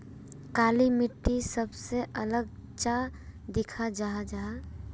काली मिट्टी सबसे अलग चाँ दिखा जाहा जाहा?